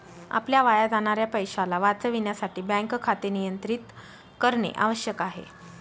आपल्या वाया जाणाऱ्या पैशाला वाचविण्यासाठी बँक खाते नियंत्रित करणे आवश्यक आहे